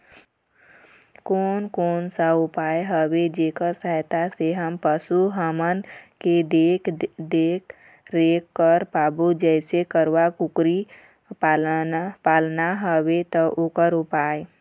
कोन कौन सा उपाय हवे जेकर सहायता से हम पशु हमन के देख देख रेख कर पाबो जैसे गरवा कुकरी पालना हवे ता ओकर उपाय?